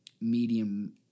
medium